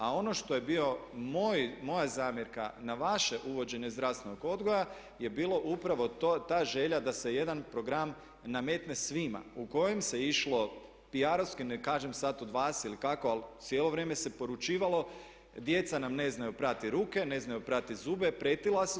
A ono što je bio moj, moja zamjerka na vaše uvođenje zdravstvenog odgoja je bilo upravo ta želja da se jedan program nametne svima u kojim se išlo PR-ovski, ne kažem sad od vas ili kako ali cijelo vrijeme se poručivalo djeca nam ne znaju prati ruke, ne znaju prati zube, pretila su.